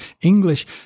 English